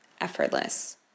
effortless